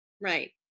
Right